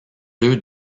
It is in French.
deux